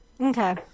Okay